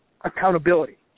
accountability